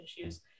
issues